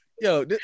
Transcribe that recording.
Yo